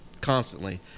constantly